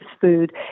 food